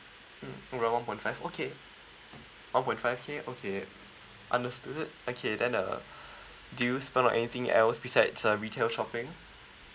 mm around one point five okay one point five K okay understood okay then uh do you spend on anything else besides uh retail shopping